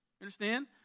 Understand